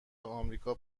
آمریکا